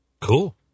Cool